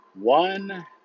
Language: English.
one